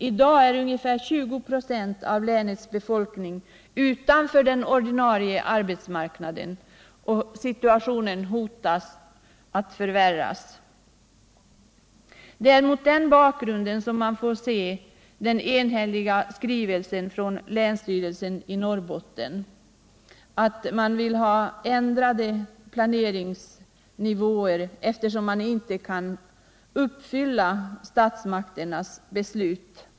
I dag är ungefär 2096 av länets befolkning utanför den ordinarie arbetsmarknaden, och situationen hotar att — Nr 143 förvärras. Det är mot den bakgrunden vi får se den enhälliga skrivelsen från länsstyrelsen i Norrbotten om att man vill ha ändrade planeringsnivåer, eftersom man inte kan uppfylla statsmakternas beslut.